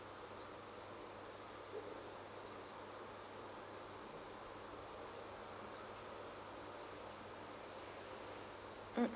mm